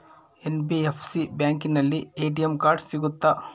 NBFC ಬ್ಯಾಂಕಿನಲ್ಲಿ ATM card ಸಿಗುತ್ತಾ?